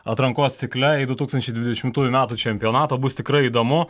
atrankos cikle į du tūkstančiai dvidešimtųjų metų čempionatą bus tikrai įdomu